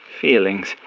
feelings